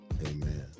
Amen